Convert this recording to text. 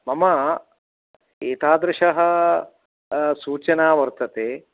मम एतादृशी सूचना वर्तते